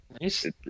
Nice